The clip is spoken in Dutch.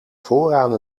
vooraan